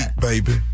baby